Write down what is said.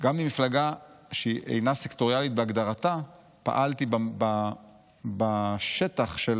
גם במפלגה שאינה סקטוריאלית בהגדרתה פעלתי בשטח של